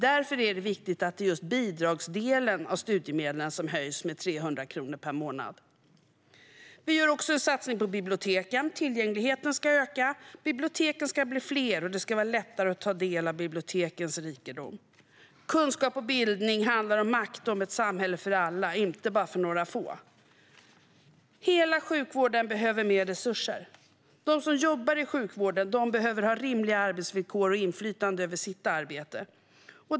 Därför är det viktigt att det är just bidragsdelen av studiemedlen som höjs med 300 kronor per månad. Vi gör också en satsning på biblioteken. Tillgängligheten ska öka, biblioteken ska bli fler och det ska bli lättare att ta del av bibliotekens rikedom. Kunskap och bildning handlar om makt och om ett samhälle för alla, inte bara för några få. Hela sjukvården behöver mer resurser. De som jobbar i sjukvården behöver ha rimliga arbetsvillkor och inflytande över sitt arbete.